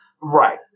Right